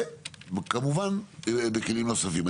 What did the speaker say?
וכמובן בכלים נוספים.